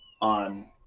on